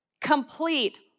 complete